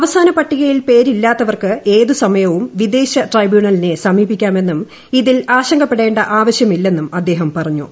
അവസാന പട്ടികയിൽ പേരില്ലാത്തവർക്ക് ഏത് സമയവും വിദേശ ട്രൈബ്യൂണലിനെ സമീപിക്കാമെന്നും ഇതിൽ ആശങ്ക പ്പെടേണ്ട ആവശ്യമില്ലെന്നും അദ്ദേഹം പറഞ്ഞു